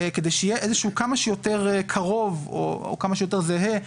כדי שהוא יהיה כמה שיותר קרוב או כמה שיותר זהה,